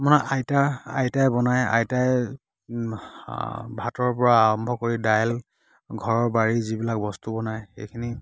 আপোনাৰ আইতা আইতাই বনায় আইতাই ভাতৰ পৰা আৰম্ভ কৰি দাইল ঘৰৰ বাৰীৰ যিবিলাক বস্তু বনায় এইখিনি